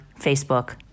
Facebook